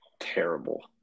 terrible